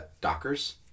dockers